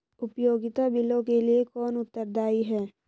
उपयोगिता बिलों के लिए कौन उत्तरदायी है?